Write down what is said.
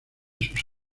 sus